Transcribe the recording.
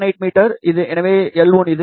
78 metre எனவே L1 இது